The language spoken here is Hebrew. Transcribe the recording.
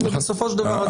בסופו של דבר,